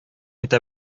итә